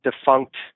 defunct